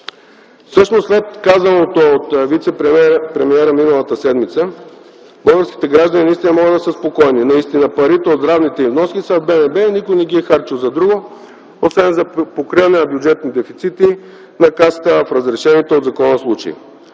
Всъщност след казаното от вицепремиера миналата седмица, българските граждани наистина могат да бъдат спокойни. Парите от здравните им вноски са в БНБ и никой не ги е харчил за друго, освен за покриване на бюджетни дефицити на Касата в разрешените от закона случаи.